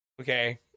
okay